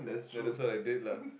yeah that's why I did lah